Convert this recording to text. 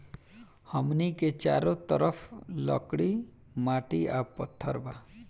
हमनी के चारो तरफ लकड़ी माटी आ पत्थर बा